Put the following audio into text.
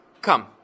Come